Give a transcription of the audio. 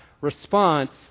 response